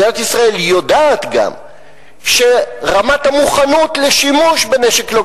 מדינת ישראל יודעת גם שרמת המוכנות לשימוש בנשק לא